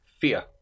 fear